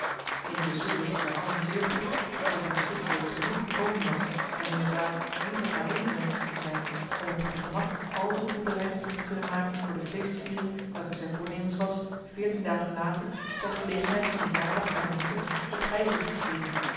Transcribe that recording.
intusschen wisten wij allen zeer goed dat zij van den schrik reeds genoeg bekomen was en inderdaad liever alleen wenschte te zijn om op haar gemak al de toebereidselen te kunnen maken voor de feestviering welke zij voornemens was veertien dagen later ter gelegenheid van den jaardag mijner moeder op heizicht te geven